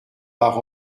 par